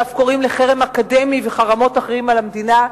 ואף קוראים לחרם אקדמי וחרמות אחרים על המדינה,